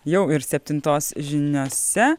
jau ir septintos žiniose